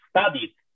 studied